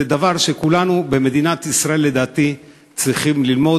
דבר שכולנו במדינת ישראל צריכים לדעתי ללמוד.